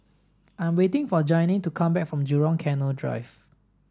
I'm waiting for Janine to come back from Jurong Canal Drive